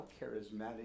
charismatic